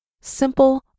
simple